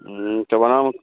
हूँ